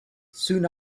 soon